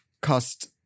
cost